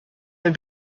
had